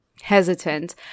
hesitant